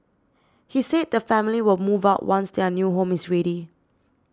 he said the family will move out once their new home is ready